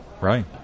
Right